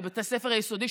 בבית הספר היסודי,